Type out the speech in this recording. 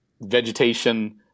vegetation